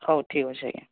ହଉ ଠିକ ଅଛି ଆଜ୍ଞା